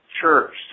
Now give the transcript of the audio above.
church